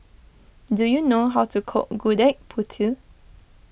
do you know how to cook Gudeg Putih